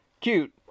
Cute